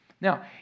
Now